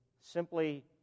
simply